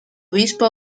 obispo